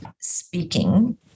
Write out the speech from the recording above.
speaking